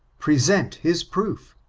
present his pro.